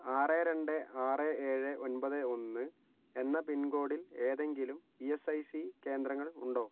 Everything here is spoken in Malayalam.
ആറ് രണ്ട് ആറ് ഏഴ് ഒൻപത് ഒന്ന് എന്ന പിൻ കോഡിൽ ഏതെങ്കിലും ഇ എസ് ഐ സി കേന്ദ്രങ്ങൾ ഉണ്ടോ